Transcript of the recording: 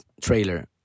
trailer